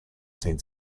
seen